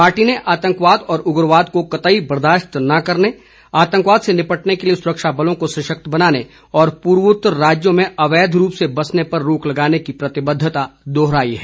party ने आतंकवाद और उग्रवाद को कतई बर्दाशत न करने आतंकवाद से निपटने के लिए सुरक्षा बलो को सशक्त बनाने और पूर्वोत्तर राज्यों में अवैध रूप से बसने पर रोक लगाने की प्रतिबद्धता दोहराई है